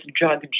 drug